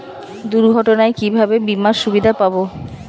দুর্ঘটনায় কিভাবে বিমার সুবিধা পাব?